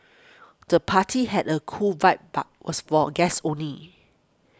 the party had a cool vibe but was for guests only